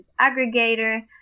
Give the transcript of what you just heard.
aggregator